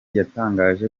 yatangaje